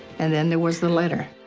and then there was the letter.